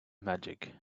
magic